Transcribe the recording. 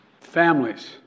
Families